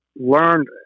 learned